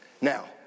Now